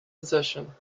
position